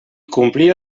complir